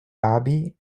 abby